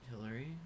Hillary